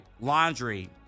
laundry